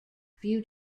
few